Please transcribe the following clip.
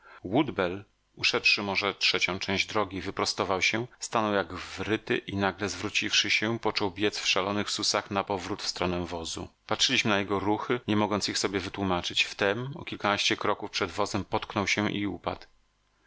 woodbell uszedłszy może trzecią część drogi wyprostował się stanął jak wryty i nagle zwróciwszy się począł biec w szalonych susach napowrót w stronę wozu patrzyliśmy na jego ruchy nie mogąc ich sobie wytłumaczyć wtem o kilkanaście kroków przed wozem potknął się i upadł